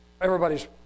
Everybody's